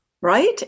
Right